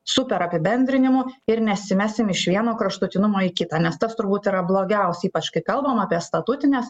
super apibendrinimų ir nesimesim iš vieno kraštutinumo į kitą nes tas turbūt yra blogiausia ypač kai kalbam apie statutines